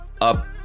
up